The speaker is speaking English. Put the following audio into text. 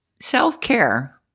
self-care